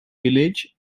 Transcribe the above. village